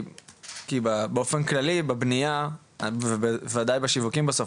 כי באופן כללי בבניה ובוודאי בשיווק של יחידות